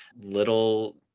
little